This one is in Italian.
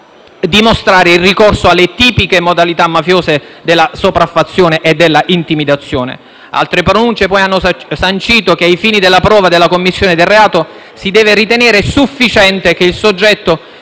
dimostrare il ricorso alle tipiche modalità mafiose della sopraffazione e della intimidazione. Altre pronunce hanno poi sancito che ai fini della prova della commissione del reato si deve ritenere sufficiente che il soggetto